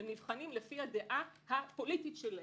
הם נבחנים לפי דעתם הפוליטית שלהם,